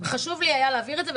חשוב לי להבהיר את זה.